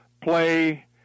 play